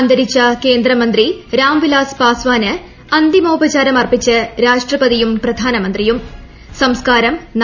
അന്തരിച്ച കേന്ദ്രമന്ത്രി രാം വിലാസ് ഷ്യാസ്ഥാന് അന്തിമോപചാരമർപ്പിച്ച് രാഷ്ട്രപതിയും ് പ്രധാനമന്ത്രിയും സംസ്കാരം നാളെ